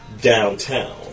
Downtown